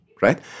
right